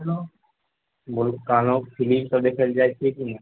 कहलहुँ फिलिमसभ देखयलऽ जाइ छियै की नहि